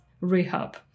rehab